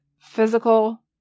physical